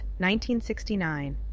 1969